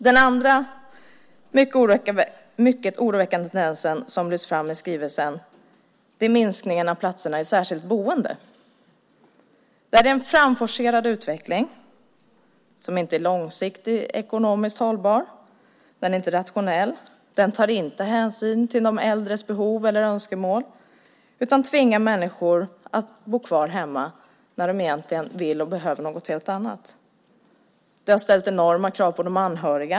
Den andra mycket oroväckande tendensen som lyfts fram i skrivelsen är minskningen av antalet platser i särskilt boende. Det är en framforcerad utveckling som är varken långsiktig eller ekonomiskt hållbar. Den är inte rationell och tar inte hänsyn till de äldres behov eller önskemål utan tvingar människor att bo kvar hemma, när de egentligen vill och behöver något helt annat. Det har ställt enorma krav på de anhöriga.